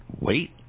Wait